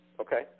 Okay